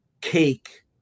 cake